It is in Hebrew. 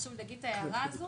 למה היה חשוב להגיד את ההערה הזו?